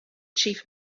chief